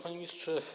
Panie Ministrze!